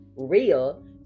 Real